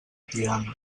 tiana